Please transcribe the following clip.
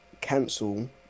cancel